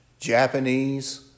Japanese